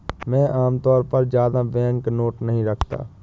मैं आमतौर पर ज्यादा बैंकनोट नहीं रखता